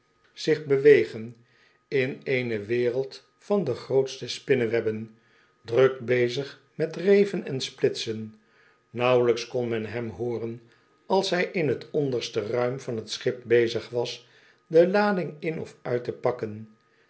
zich bewegen in eene wereld van de grootste spinnewebben druk bezig met reven en splitsen nauwelijks kon men hem hooren als hy in t onderste ruim van t schip bezig was de lading in of uit te pakken